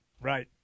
Right